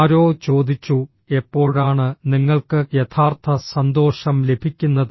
ആരോ ചോദിച്ചു എപ്പോഴാണ് നിങ്ങൾക്ക് യഥാർത്ഥ സന്തോഷം ലഭിക്കുന്നത്